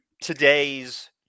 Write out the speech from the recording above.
today's